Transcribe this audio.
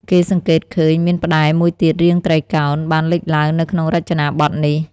គេសង្កេតឃើញ មានផ្តែរមួយទៀតរាងត្រីកោណបានលេចឡើងនៅក្នុងរចនាបទនេះ។